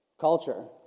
culture